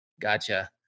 Gotcha